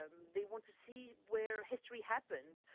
ah they want to see where history happened.